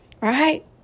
Right